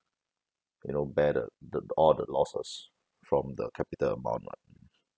you know bear the the all the losses from the capital amount lah hmm